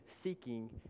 seeking